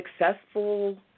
successful